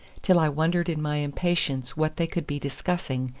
till i wondered in my impatience what they could be discussing,